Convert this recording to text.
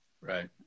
Right